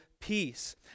peace